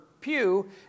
pew